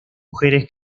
mujeres